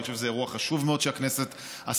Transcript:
אני חושב שזה אירוע חשוב מאוד שהכנסת עשתה,